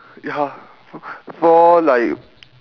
ya for like